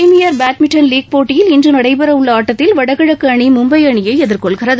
premier badminton league போட்டியில் இன்று நடைபெறவுள்ள ஆட்டத்தில் வடகிழக்கு அணி மும்பை அணியை எதிர்கொள்கிறது